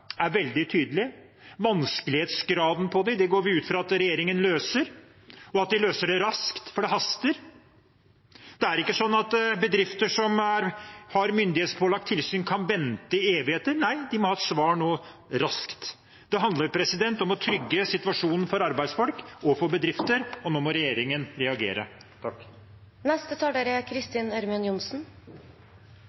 er veldig tydelig. Vanskelighetsgraden på dem går vi ut fra at regjeringen løser, og at de løser det raskt, for det haster. Det er ikke sånn at bedrifter som har myndighetspålagt tilsyn, kan vente i evigheter – nei, de må ha svar nå raskt. Det handler om å trygge situasjonen for arbeidsfolk og for bedrifter. Nå må regjeringen reagere.